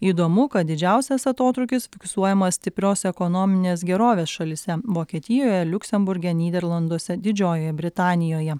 įdomu kad didžiausias atotrūkis fiksuojamas stiprios ekonominės gerovės šalyse vokietijoje liuksemburge nyderlanduose didžiojoje britanijoje